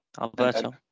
Alberto